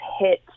hit